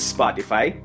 Spotify